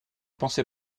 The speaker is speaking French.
pensais